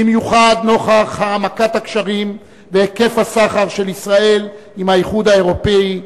במיוחד נוכח העמקת הקשרים והיקף הסחר של ישראל עם האיחוד האירופי,